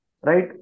right